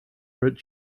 red